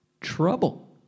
trouble